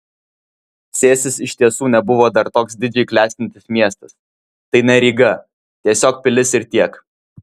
cėsis iš tiesų nebuvo dar joks didžiai klestintis miestas tai ne ryga tiesiog pilis ir tiek